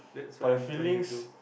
but your feelings